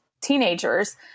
teenagers